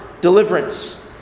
deliverance